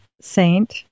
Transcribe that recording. saint